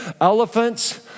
Elephants